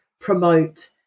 promote